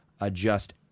adjust